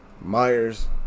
Myers